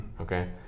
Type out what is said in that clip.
okay